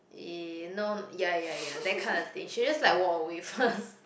y~ no ya ya ya that kind of thing she'll just like walk away first